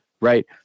Right